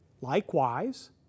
Likewise